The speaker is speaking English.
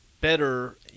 better